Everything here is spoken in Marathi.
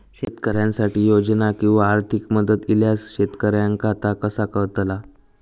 शेतकऱ्यांसाठी योजना किंवा आर्थिक मदत इल्यास शेतकऱ्यांका ता कसा कळतला?